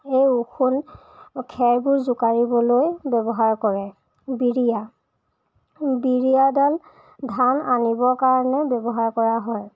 এই ওখোন খেৰবোৰ জোকাৰিবলৈ ব্যৱহাৰ কৰে বিৰিয়া বিৰিয়াডাল ধান আনিবৰ কাৰণে ব্যৱহাৰ কৰা হয়